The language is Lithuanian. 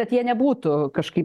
kad jie nebūtų kažkaip